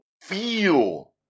feel